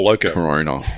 Corona